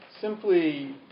simply